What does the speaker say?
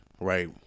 right